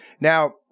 Now